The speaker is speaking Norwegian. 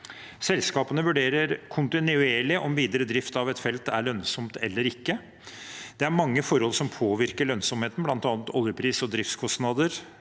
Selskapene vurderer kontinuerlig om videre drift av et felt er lønnsomt eller ikke. Det er mange forhold som påvirker lønnsomheten, bl.a. oljepris og driftskostnader,